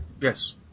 Yes